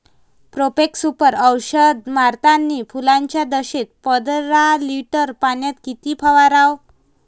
Profex Super औषध मारतानी फुलाच्या दशेत पंदरा लिटर पाण्यात किती फवाराव?